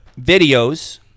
videos